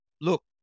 Look